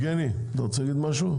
יבגני, אתה רוצה להגיד משהו?